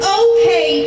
okay